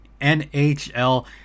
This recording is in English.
NHL